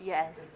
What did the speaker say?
Yes